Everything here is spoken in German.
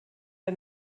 der